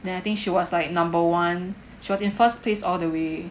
then I think she was like number one she was in first place all the way